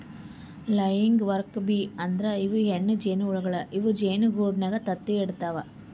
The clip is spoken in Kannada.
ಲೆಯಿಂಗ್ ವರ್ಕರ್ ಬೀ ಅಂದ್ರ ಇವ್ ಹೆಣ್ಣ್ ಜೇನಹುಳ ಇವ್ ಜೇನಿಗೂಡಿನಾಗ್ ತತ್ತಿ ಇಡತವ್